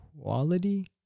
quality